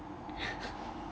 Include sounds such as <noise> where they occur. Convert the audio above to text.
<laughs>